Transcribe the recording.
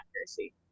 accuracy